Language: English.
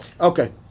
Okay